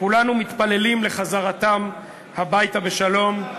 שכולנו מתפללים לחזרתם הביתה בשלום,